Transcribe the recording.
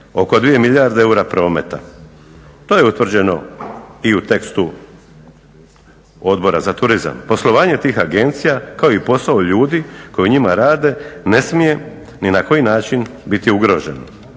oko 2 milijarde eura prometa. To je utvrđeno i u tekstu Odbora za turizam. Poslovanje tih agencija kao i posao ljudi koji u njima rade ne smije ni na koji način biti ugroženo